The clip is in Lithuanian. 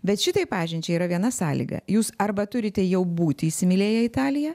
bet šitai pažinčiai yra viena sąlyga jūs arba turite jau būti įsimylėję italiją